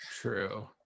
True